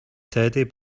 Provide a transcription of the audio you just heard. teddy